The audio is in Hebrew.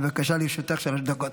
בבקשה, לרשותך שלוש דקות.